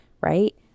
right